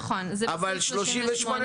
נכון, זה בסעיף 38(ב).